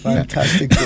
Fantastic